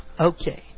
Okay